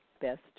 best